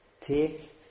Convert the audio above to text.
take